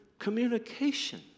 Communication